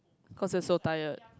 cause they're so tired